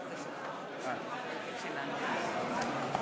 חבר הכנסת סילבן שלום.